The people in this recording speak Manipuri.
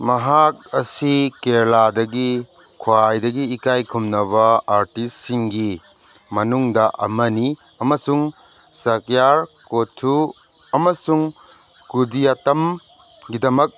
ꯃꯍꯥꯛ ꯑꯁꯤ ꯀꯦꯔꯂꯥꯗꯒꯤ ꯈ꯭ꯋꯥꯏꯗꯒꯤ ꯏꯀꯥꯏ ꯈꯨꯝꯅꯕ ꯑꯥꯔꯇꯤꯁꯁꯤꯡꯒꯤ ꯃꯅꯨꯡꯗ ꯑꯃꯅꯤ ꯑꯃꯁꯨꯡ ꯁꯀꯤꯌꯥꯜ ꯀꯣꯊꯨ ꯑꯃꯁꯨꯡ ꯀꯨꯗꯤꯌꯥꯇꯝꯒꯤꯗꯃꯛ